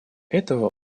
этого